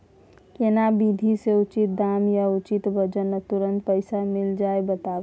केना विधी से उचित दाम आ उचित वजन आ तुरंत पैसा मिल जाय बताबू?